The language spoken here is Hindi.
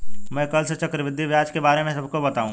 मैं कल से चक्रवृद्धि ब्याज के बारे में सबको बताऊंगा